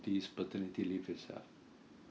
this paternity leave itself